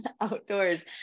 outdoors